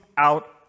out